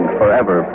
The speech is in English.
forever